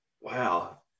Wow